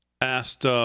asked